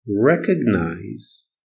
recognize